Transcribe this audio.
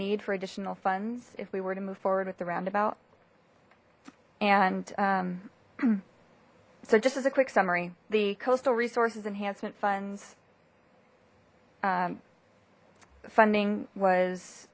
need for additional funds if we were to move forward the roundabout and hmm so just as a quick summary the coastal resources enhancement funds funding was